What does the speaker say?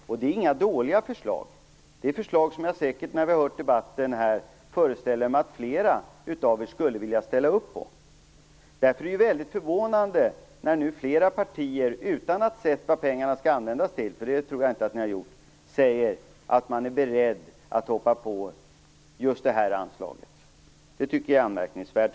Och det är inga dåliga förslag. Det är förslag som jag säkert, efter att ha hört den här debatten, föreställer mig att flera av er skulle vilja ställa upp på. Därför är det väldigt förvånande när nu flera partier, utan att ha sett vad pengarna skall användas till - för det tror jag inte att ni har gjort - säger att man är beredd att hoppa på just det här anslaget. Det tycker jag är anmärkningsvärt.